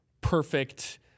perfect